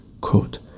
quote